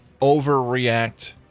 overreact